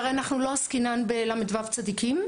הרי אנחנו לא עסקינן בל"ו צדיקים.